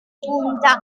punta